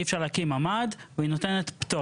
זו באמת הייתה הצלחה מדהימה, בנושא הדיור.